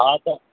हा त